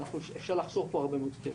אפשר לחסוך פה הרבה מאד כסף.